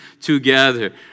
together